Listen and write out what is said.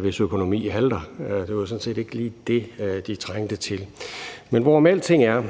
hvis økonomi halter; det var sådan set ikke lige det, de trængte til. Men hvorom alting er,